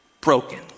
broken